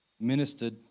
ministered